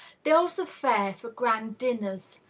bills of fare for grand dinners,